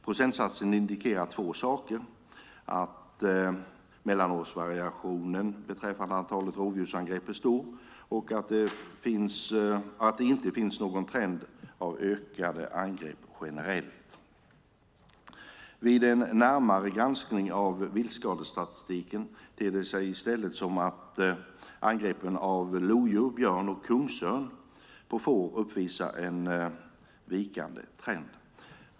Procentsatsen indikerar två saker, nämligen att mellanårsvariationen beträffande antalet rovdjursangrepp är stor och att det inte finns någon trend av ökande angrepp generellt. Vid en närmare granskning av viltskadestatistiken ter det sig i stället som att angreppen av lodjur, björn och kungsörn på får uppvisar en vikande trend.